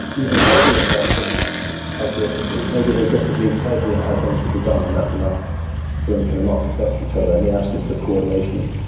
even if everyone's acting altruistically, maybe they disagree slightly on how things should be done, and that's enough for them kind of not to trust each other and the absence of coordination.